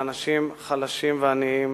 לאנשים חלשים ועניים